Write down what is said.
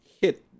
hit